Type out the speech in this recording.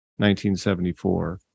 1974